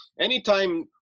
anytime